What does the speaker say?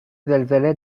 زلزله